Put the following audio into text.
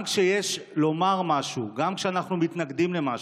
גם כשיש משהו לומר, גם שאנחנו מתנגדים למשהו,